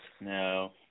No